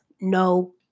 no